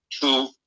two